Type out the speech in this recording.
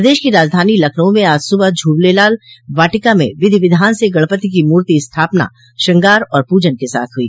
प्रदेश की राजधानी लखनऊ में आज सुबह झूलेलाल वाटिका में विधि विधान से गणपति की मूर्ति स्थापना श्रृंगार और पूजन के साथ हुई